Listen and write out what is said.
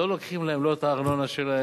לא לוקחים להן לא את הארנונה שלהן,